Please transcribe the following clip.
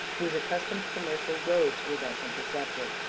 whose accustomed commercial roads were thus intercepted.